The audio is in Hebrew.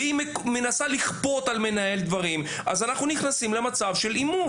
ומנסה לכפות דברים על המנהל אנחנו נכנסים למצב של עימות.